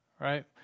right